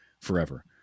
forever